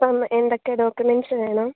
അപ്പം എന്തൊക്കെ ഡോക്കിമെൻറ്റ്സ്സ് വേണം